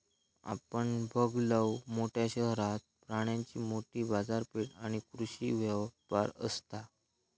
आपण बघलव, मोठ्या शहरात प्राण्यांची मोठी बाजारपेठ आणि कृषी व्यापार असता